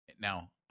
Now